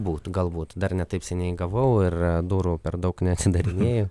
būt galbūt dar ne taip seniai gavau ir durų per daug neatsidarinėja